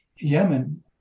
Yemen